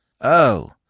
Oh